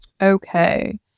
Okay